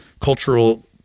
cultural